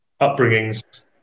upbringings